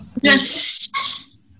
Yes